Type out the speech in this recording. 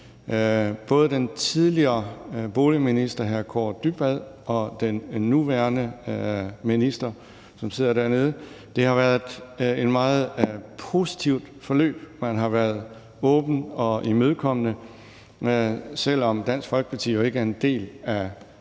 både den tidligere boligminister, hr. Kaare Dybvad Bek, og den nuværende minister, som sidder dernede. Det har været et meget positivt forløb; man har været åben og imødekommende, selv om Dansk Folkeparti jo ikke udgør en del af